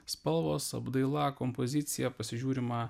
spalvos apdaila kompozicija pasižiūrima